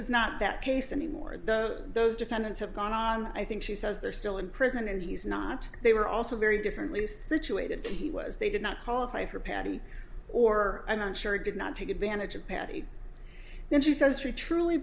is not that case anymore though those defendants have gone on i think she says they're still in prison and he's not they were also very differently situated and he was they did not qualify for patti or i'm sure did not take advantage of patty and she says she truly